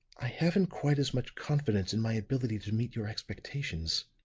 i haven't quite as much confidence in my ability to meet your expectations.